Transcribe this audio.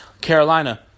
Carolina